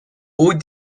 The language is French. haut